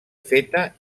feta